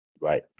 right